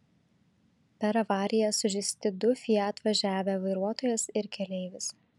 per avariją sužeisti du fiat važiavę vairuotojas ir keleivis